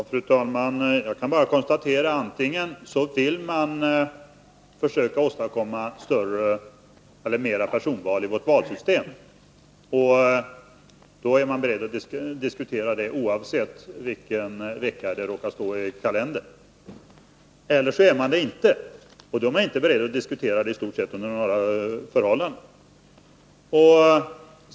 Fru talman! Jag kan bara konstatera att antingen vill man försöka åstadkomma mer av personval i vårt valsystem, och då är man beredd att diskutera det oavsett i vilken kalandervecka det skulle råka infalla, eller också vill man det inte, och då är man i stort sett inte beredd att diskutera ett sådant system under några förhållanden.